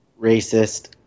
racist